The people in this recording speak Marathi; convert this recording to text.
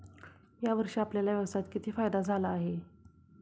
या वर्षी आपल्याला व्यवसायात किती फायदा झाला आहे?